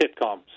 sitcoms